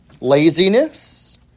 laziness